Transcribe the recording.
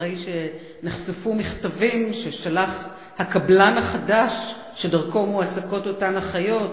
אחרי שנחשפו מכתבים ששלח הקבלן החדש שדרכו מועסקות אותן אחיות,